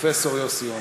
פרופסור יוסי יונה.